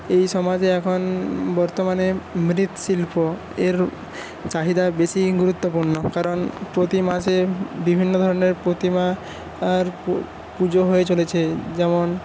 এই সমাজে এখন বর্তমানে মৃৎশিল্প এর চাহিদা বেশি গুরুত্বপূর্ণ কারণ প্রতি মাসে বিভিন্ন ধরনের প্রতিমার পুজো হয়ে চলেছে যেমন